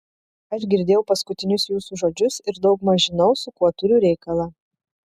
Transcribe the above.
aš girdėjau paskutinius jūsų žodžius ir daugmaž žinau su kuo turiu reikalą